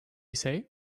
say